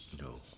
No